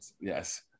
Yes